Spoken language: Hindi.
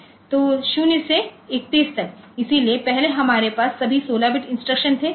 तो 0 से 32 तक इसलिए पहले हमारे पास सभी 16 बिट इंस्ट्रक्शन थे